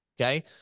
Okay